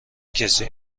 کسی